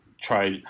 try